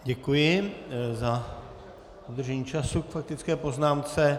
Děkuji za dodržení času k faktické poznámce.